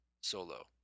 Solo